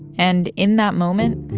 and in that moment,